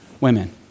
women